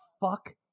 fuck